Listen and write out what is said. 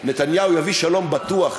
"נתניהו יביא שלום בטוח".